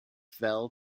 fell